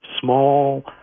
small